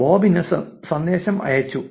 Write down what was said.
ബോബിന് സന്ദേശം അയച്ചു